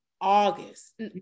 august